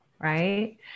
Right